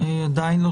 עדיין לא